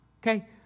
okay